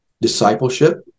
discipleship